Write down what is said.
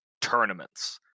tournaments